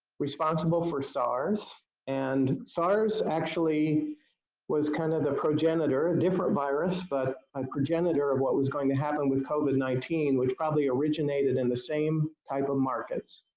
responsible for sars and sars actually was kind of the progenitor a different virus but a progenitor of what was going to happen with covid nineteen which probably originated in the same type of markets